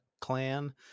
clan